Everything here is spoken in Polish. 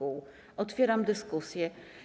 Otwieram dyskusję.